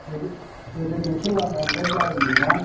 गोदो बेंथ'ल लामाया बिराद गाज्रिमोन ना